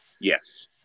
yes